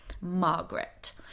Margaret